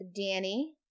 Danny